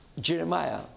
Jeremiah